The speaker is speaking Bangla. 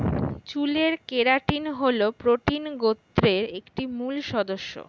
চুলের কেরাটিন হল প্রোটিন গোত্রের একটি মূল সদস্য